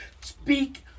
speak